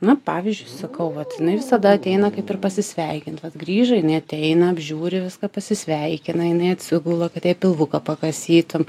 na pavyzdžiui sakau vat jinai visada ateina kaip ir pasisveikint vat grįžai jinai ateina apžiūri viską pasisveikina jinai atsigula kad jei pilvuką pakasytum